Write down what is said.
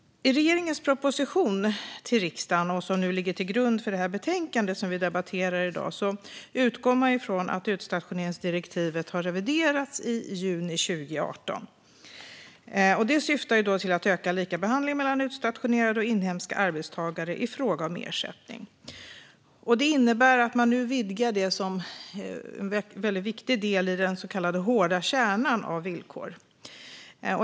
I regeringens proposition till riksdagen, som ligger till grund för det betänkande som vi debatterar i dag, utgår man från att utstationeringsdirektivet reviderades i juni 2018. Detta syftade till att öka likabehandlingen mellan utstationerade och inhemska arbetstagare i fråga om ersättning. Det innebär att man nu vidgar en väldigt viktig del i den så kallade hårda kärnan av villkor.